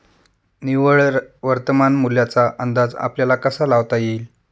निव्वळ वर्तमान मूल्याचा अंदाज आपल्याला कसा लावता येईल?